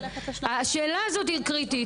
השאלה הזו היא קריטית,